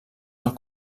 del